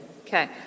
Okay